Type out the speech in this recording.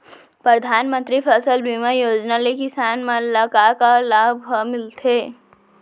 परधानमंतरी फसल बीमा योजना ले किसान मन ला का का लाभ ह मिलथे?